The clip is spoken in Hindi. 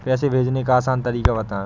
पैसे भेजने का आसान तरीका बताए?